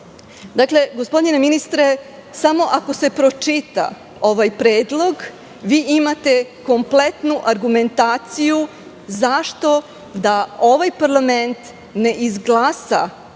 zdanja. Dakle, gospodine ministre, samo ako se pročita ovaj predlog, vi imate kompletnu argumentaciju zašto da ovaj parlament ne izglasa ovaj predlog